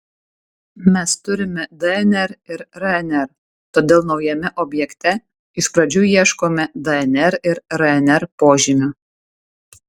mes turime dnr ir rnr todėl naujame objekte iš pradžių ieškome dnr ir rnr požymių